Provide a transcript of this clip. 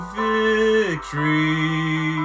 victory